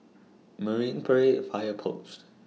Marine Parade Fire Post